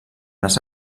les